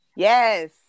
Yes